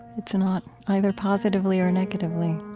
it's not either positively or negatively